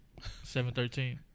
713